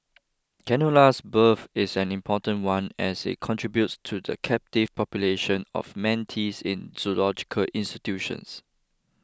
Canola's birth is an important one as it contributes to the captive populations of manatees in zoological institutions